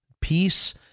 peace